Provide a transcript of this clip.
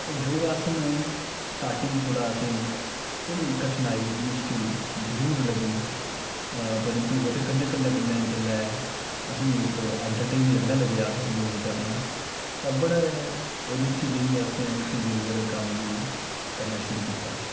योग आसन स्टार्टिंग थोह्ड़ा असें ई थोह्ड़ी कठनाई मुश्किल जरूर लग्गी परंतु ओह्दे कन्नै कन्नै कन्नै जेल्लै असें ई इक एंटरटेन लग्गने लग्गेआ योगा करना ते बड़े रूचि लेइयै अस उसी योगा दे कम्म गी करना शुरू कीता ऐ